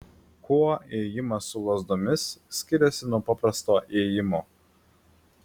kuo ėjimas su lazdomis skiriasi nuo paprasto ėjimo